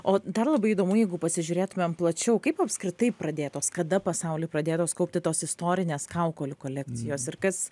o dar labai įdomu jeigu pasižiūrėtumėm plačiau kaip apskritai pradėtos kada pasauly pradėtos kaupti tos istorinės kaukolių kolekcijos ir kas